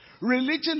Religion